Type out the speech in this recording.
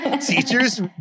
Teachers